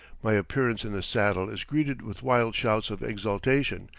my appearance in the saddle is greeted with wild shouts of exultation,